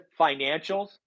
financials